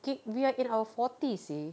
kay~ we're in our forties seh